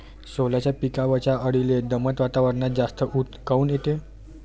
सोल्याच्या पिकावरच्या अळीले दमट वातावरनात जास्त ऊत काऊन येते?